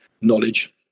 knowledge